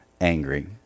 angry